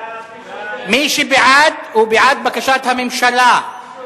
מי שבעד, הוא בעד בקשת הממשלה.